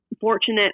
fortunate